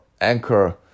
Anchor